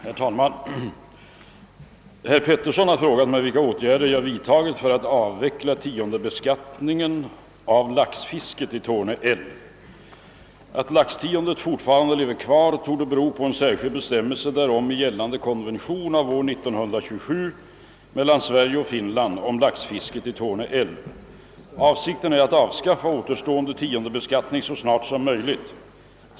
Herr talman! Herr Petersson har frågat mig vilka åtgärder som jag vidtagit för att avveckla tiondebeskattningen av laxfisket i Torne älv. Att laxtiondet fortfarande lever kvar torde bero på en särskild bestämmelse därom i gällande konvention av år 1927 mellan Sverige och Finland om laxfisket i Torne älv. Avsikten är att avskaffa återstående tiondebeskattning så snart som möjligt.